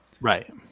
Right